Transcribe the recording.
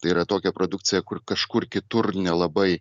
tai yra tokia produkcija kur kažkur kitur nelabai